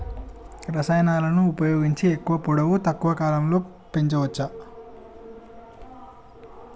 రసాయనాలను ఉపయోగించి ఎక్కువ పొడవు తక్కువ కాలంలో పెంచవచ్చా?